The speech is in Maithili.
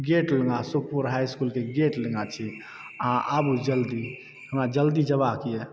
गेट लगाॅं सुखपुर हाई इसकुल के गेट लगाॅं छी अहाँ आबूँ जल्दी हमरा जल्दी जेबाक यऽ